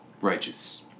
Righteous